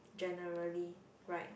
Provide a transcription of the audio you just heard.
generally right